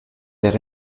père